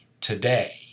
today